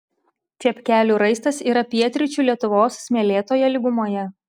čepkelių raistas yra pietryčių lietuvos smėlėtoje lygumoje